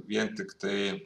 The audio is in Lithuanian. vien tiktai